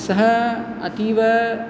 सः अतीव